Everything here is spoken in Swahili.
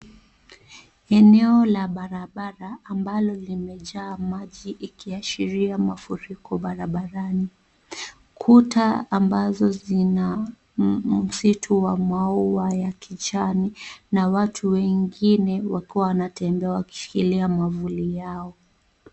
Eneo la barabara ambalo limejaa maji ikiashiria mafuriko barabarani, kuta ambazo zina msitu wa maua ya kijani na watu wengine wakiwa wanatembea wakishikilia mwavuli yao.